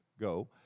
go